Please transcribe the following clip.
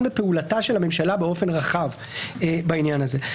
בפעולתה של הממשלה באופן רחב בעניין הזה.